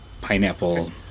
pineapple